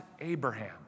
Abraham